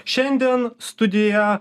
šiandien studijoje